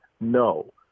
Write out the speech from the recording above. No